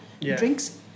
drinks